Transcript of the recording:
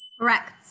Correct